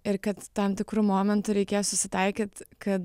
ir kad tam tikru momentu reikės susitaikyt kad